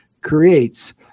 creates